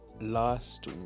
last